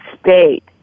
state